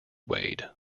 wade